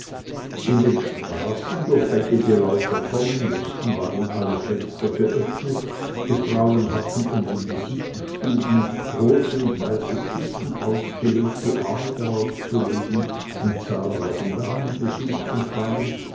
in den straßen durch welche die läufer kommen mußten waren alle fenster geöffnet die frauen hatten in den visitenstuben rote und weiße kissen ausgelegt die arme darauf zu legen und zahlreichen damenbesuch empfangen